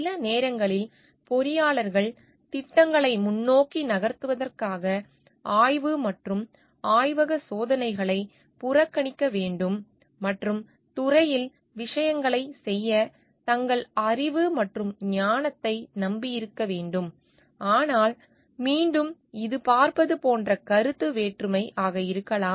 சில நேரங்களில் பொறியாளர்கள் திட்டங்களை முன்னோக்கி நகர்த்துவதற்காக ஆய்வு மற்றும் ஆய்வக சோதனைகளை புறக்கணிக்க வேண்டும் மற்றும் துறையில் விஷயங்களைச் செய்ய தங்கள் அறிவு மற்றும் ஞானத்தை நம்பியிருக்க வேண்டும் ஆனால் மீண்டும் இது பார்ப்பது போன்ற கருத்து வேற்றுமை ஆக இருக்கலாம்